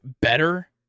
better